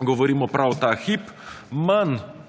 govorimo prav ta hip, manj